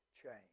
change